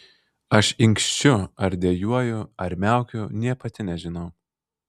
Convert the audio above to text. aš inkščiu ar dejuoju ar miaukiu nė pati nežinau